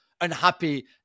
unhappy